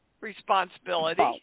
responsibility